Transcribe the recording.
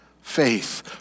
faith